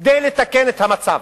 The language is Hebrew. כדי לתקן את המצב.